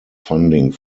funding